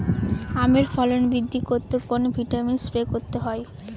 আমের ফলন বৃদ্ধি করতে কোন ভিটামিন স্প্রে করতে হয়?